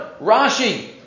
Rashi